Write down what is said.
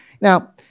Now